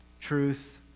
truth